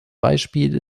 beispiel